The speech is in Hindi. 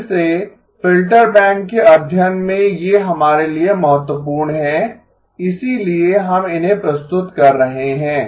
फिर से फ़िल्टर बैंक के अध्ययन में ये हमारे लिए महत्वपूर्ण हैं इसीलिए हम इन्हें प्रस्तुत कर रहे हैं